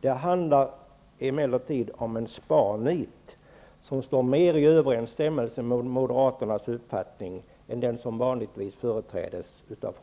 Det handlar emellertid om en sparnit som står mer i överensstämmelse med Moderaternas uppfattning än den uppfattning som vanligtvis företrädes av